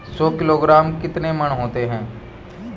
सौ किलोग्राम में कितने मण होते हैं?